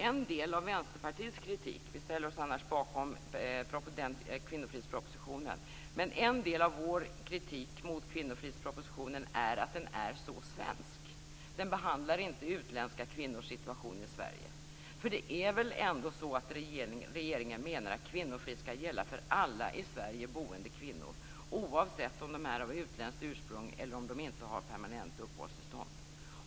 En del av Vänsterpartiets kritik mot kvinnofridspropositionen, som vi i övrigt ställer oss bakom, är att den är så svensk. Den behandlar nämligen inte utländska kvinnors situation i Sverige, för det är väl ändå så att regeringen menar att kvinnofrid skall gälla för alla i Sverige boende kvinnor, oavsett om de är av utländskt ursprung eller om de inte har permanent uppehållstillstånd.